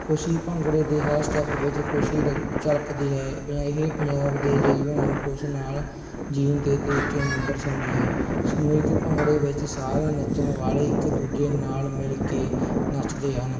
ਖੁਸ਼ੀ ਭੰਗੜੇ ਦੇ ਹਰ ਸਟੈਪ ਵਿੱਚ ਖੁਸ਼ੀ ਦੇ ਝਲਕਦੀ ਹੈ ਪੰ ਇਹ ਪੰਜਾਬ ਦੇ ਜੀਵਨ ਨੂੰ ਖੁਸ਼ ਨਾਲ ਜੀਣ ਦੇ ਤਰੀਕੇ ਨੂੰ ਦਰਸਾਉਂਦੀ ਹੈ ਸਮੂਹਿਕ ਭੰਗੜੇ ਵਿੱਚ ਸਾਰੇ ਨੱਚਣ ਵਾਲੇ ਇੱਕ ਦੂਜੇ ਨਾਲ ਮਿਲ ਕੇ ਨੱਚਦੇ ਹਨ